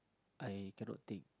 I cannot think